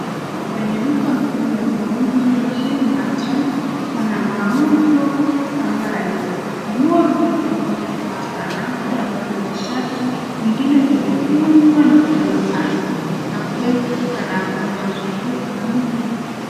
Kwenye duka kuu la mauzo la HILLMARTEN, pana mauzo ambayo, nguo zao zimewekwa katika rafa ambazo ni shati, zingine zimekunjwa na kupigwa pasi na kuwekwa katika rafa ambazo zipo kama meza.